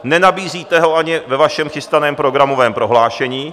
Nenabízíte ho ani ve vašem chystaném programovém prohlášení.